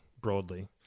broadly